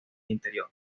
interior